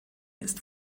ist